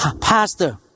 Pastor